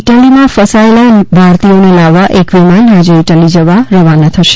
ઇટલીમાં ફસાયેલ ભારતીયોને લાવવા એક વિમાન આજે ઇટલી જવા રવાના થશે